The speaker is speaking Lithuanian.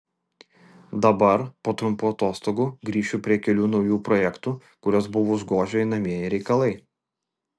dabar po trumpų atostogų grįšiu prie kelių naujų projektų kuriuos buvo užgožę einamieji reikalai